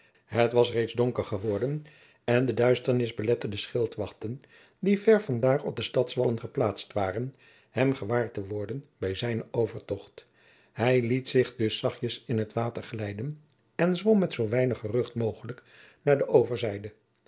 het was reeds donker geworden en de duisternis belette de schildwachten die ver van daar op de stadswallen geplaatst waren hem gewaar te worden bij zijnen overtocht hij liet zich dus zachtjens in t water glijden en zwom met zoo weinig gerucht mogelijk naar de overzijde